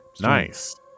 Nice